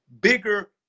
bigger